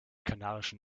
kanarischen